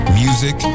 music